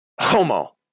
Homo